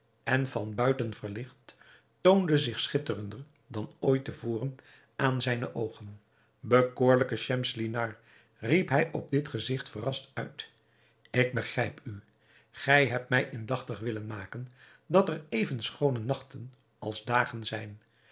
en van buiten verlicht toonde zich schitterender dan ooit te voren aan zijne oogen bekoorlijke schemselnihar riep hij op dit gezigt verrast uit ik begrijp u gij hebt mij indachtig willen maken dat er even schoone nachten als dagen zijn